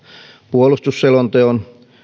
puolustusselonteon